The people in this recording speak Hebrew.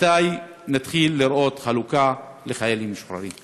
מתי נתחיל לראות חלוקה לחיילים משוחררים?